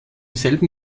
selben